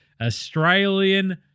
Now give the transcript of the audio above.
Australian